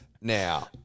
Now